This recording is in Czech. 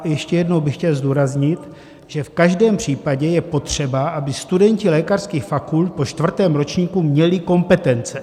Ještě jednou bych chtěl zdůraznit, že v každém případě je potřeba, aby studenti lékařských fakult po čtvrtém ročníku měli kompetence.